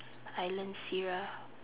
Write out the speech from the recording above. I learn sirah